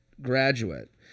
graduate